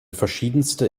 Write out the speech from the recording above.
verschiedenste